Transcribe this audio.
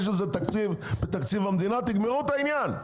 יש לזה תקציב בתקציב המדינה, תגמרו את העניין.